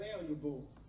valuable